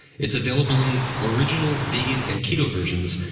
it's available in original, vegan and keto versions,